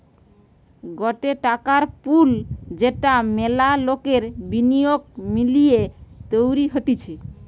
গটে টাকার পুল যেটা মেলা লোকের বিনিয়োগ মিলিয়ে তৈরী হতিছে